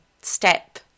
step